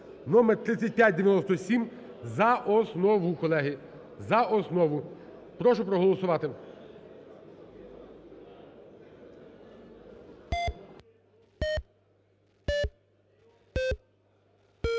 (№ 3597) за основу. Колеги, за основу. Прошу проголосувати.